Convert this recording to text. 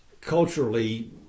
culturally